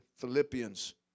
Philippians